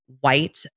white